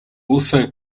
also